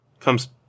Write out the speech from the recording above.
comes